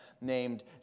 named